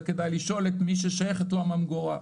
וכדאי לשאול את מי ששייכת לו הממגורה.